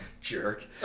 Jerk